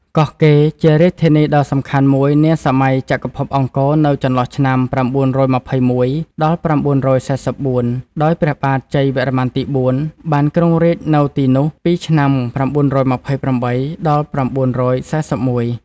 កោះកេរជារាជធានីដ៏សំខាន់មួយ នាសម័យចក្រភពអង្គរនៅចន្លោះឆ្នាំ៩២១-៩៤៤ ដោយព្រះបាទជ័យវរ្ម័នទី៤ បានគ្រងរាជនៅទីនោះពីឆ្នាំ៩២៨-៩៤១ ។